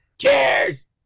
Cheers